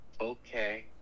Okay